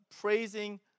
praising